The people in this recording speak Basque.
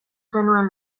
zenuen